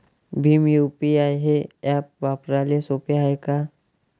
Bhim UPI हे app वापराले सोपे हाय का?